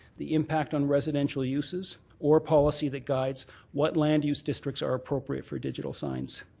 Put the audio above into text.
the impact on residential uses or policy that guides what land use districts are appropriate for digital signs.